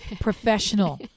professional